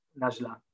Najla